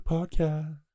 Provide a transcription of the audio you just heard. Podcast